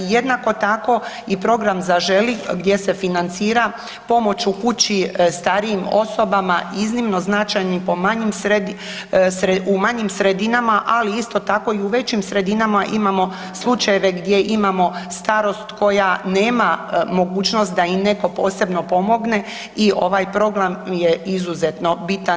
Jednako tako i program Zaželi gdje se financira pomoć u kući starijim osobama, iznimno značajnim po manjim .../nerazumljivo/... u manjim sredinama, ali isto tako i u većim sredinama imamo slučajeve gdje imamo starost koja nema mogućnost da im netko posebno pomogne i ovaj program mi je izuzetno bitan i značajan.